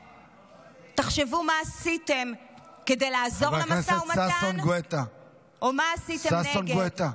תחשבו מה עשיתם כדי לעזור למשא ומתן או מה עשיתם נגד.